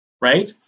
right